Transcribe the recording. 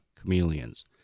chameleons